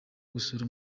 gusura